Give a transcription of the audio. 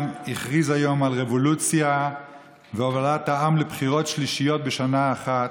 הכריז היום על רבולוציה והובלת העם לבחירות שלישיות בשנה אחת?